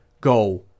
go